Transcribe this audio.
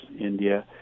India